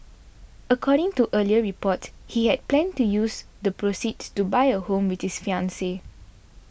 according to earlier reports he had planned to use the proceeds to buy a home with his fiancee